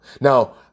Now